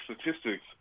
statistics